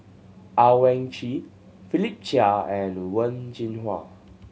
Owyang Chi Philip Chia and Wen Jinhua